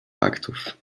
faktów